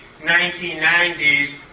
1990s